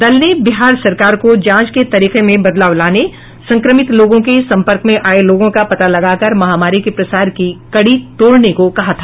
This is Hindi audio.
दल ने बिहार सरकार को जांच के तरीके में बदलाव लाने संक्रमित लोगों के संपर्क में आये लोगों का पता लगाकर महामारी के प्रसार की कड़ी तोड़ने को कहा था